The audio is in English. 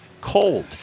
cold